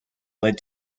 led